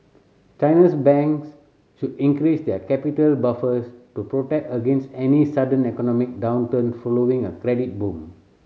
China's banks should increase their capital buffers to protect against any sudden economic downturn following a credit boom